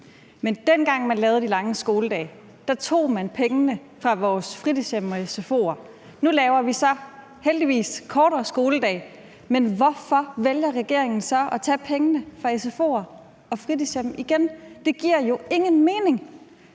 Men dengang man lavede de lange skoledage, tog man pengene fra vores fritidshjem og sfo'er. Nu laver vi så heldigvis kortere skoledage, men hvorfor vælger regeringen så at tage pengene fra sfo'erne og fritidshjemmene igen? Det giver jo ingen mening.